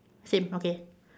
same okay